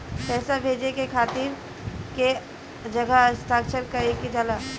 पैसा भेजे के खातिर कै जगह हस्ताक्षर कैइल जाला?